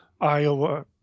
Iowa